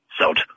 Salt